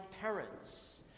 parents